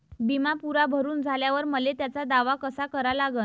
बिमा पुरा भरून झाल्यावर मले त्याचा दावा कसा करा लागन?